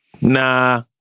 nah